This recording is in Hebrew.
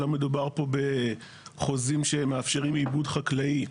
לא מדובר פה בחוזים שמאפשרים עיבוד חקלאי,